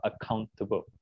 accountable